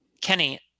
Kenny